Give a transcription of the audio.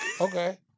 Okay